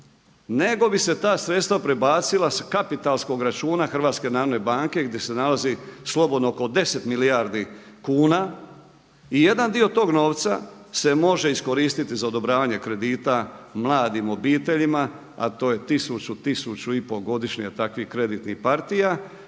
nego bi se ta sredstva prebacila sa kapitalskog računa Hrvatske narodne banke gdje se nalazi slobodno oko 10 milijardi kuna. I jedan dio tog novca se može iskoristiti za odobravanje kredita mladim obiteljima, a to je 1000, 1000 i pol godišnje takvih kreditnih partija